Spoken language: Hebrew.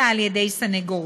אלא על ידי סנגורו.